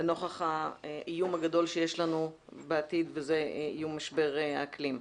לנוכח האיום הגדול שיש לנו בעתיד וזה איום משבר האקלים.